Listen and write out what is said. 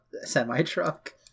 semi-truck